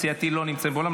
סיעתי לא נמצאת באולם,